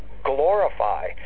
Glorify